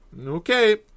Okay